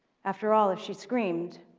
after all, if she screamed,